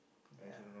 ya